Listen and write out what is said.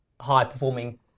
high-performing